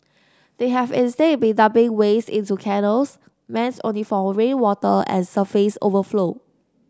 they have instead been dumping waste into canals meant only for rainwater and surface overflow